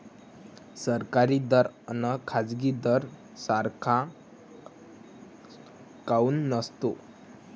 सरकारी दर अन खाजगी दर सारखा काऊन नसतो?